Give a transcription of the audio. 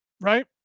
Right